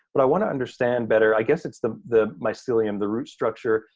but i wanna understand better. i guess it's the the mycelium, the root structure.